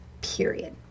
Period